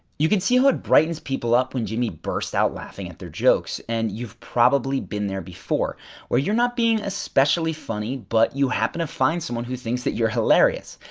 you can see how it brightens people up when jimmy bursts out laughing at their jokes and you've probably been there before where you're not being especially funny but you happen to find someone who thinks that you're hilarious.